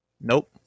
Nope